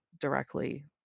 directly